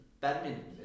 badminton